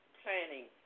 planning